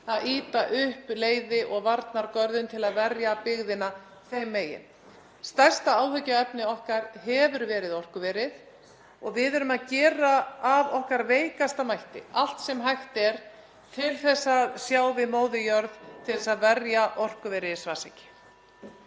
að ýta upp leiði- og varnargörðum til að verja byggðina þeim megin. Stærsta áhyggjuefni okkar hefur verið orkuverið og við erum að gera, af okkar veikasta mætti, allt sem hægt er til að sjá við móður jörð til að verja orkuverið í Svartsengi.